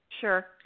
Sure